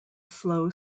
slow